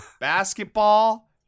basketball